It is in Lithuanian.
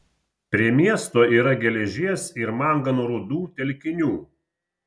prie miesto yra geležies ir mangano rūdų telkinių